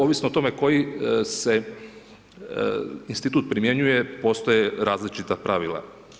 Ovisno o tome koji se institut primjenjuje postoje različita pravila.